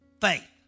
Faith